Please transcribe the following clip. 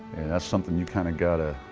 that's something, you kinda gotta,